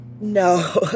No